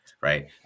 Right